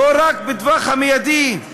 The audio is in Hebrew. לא רק בטווח המיידי,